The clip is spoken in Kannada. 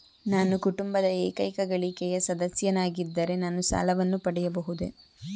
ನಾನು ಕುಟುಂಬದ ಏಕೈಕ ಗಳಿಕೆಯ ಸದಸ್ಯನಾಗಿದ್ದರೆ ನಾನು ಸಾಲವನ್ನು ಪಡೆಯಬಹುದೇ?